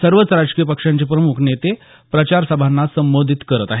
सर्व राजकीय पक्षांचे प्रमुख नेते प्रचार सभांना संबोधित करत आहेत